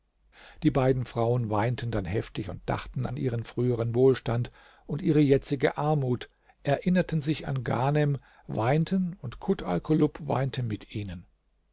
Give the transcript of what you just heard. die beiden frauen weinten dann heftig dachten an ihren früheren wohlstand und ihre jetzige armut erinnerten sich an ghanem weinten und kut alkulub weinte mit ihnen